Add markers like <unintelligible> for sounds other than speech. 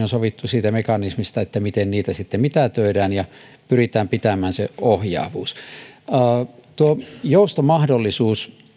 <unintelligible> on sovittu siitä mekanismista miten niitä sitten mitätöidään ja pyritään pitämään se ohjaavuus joustomahdollisuus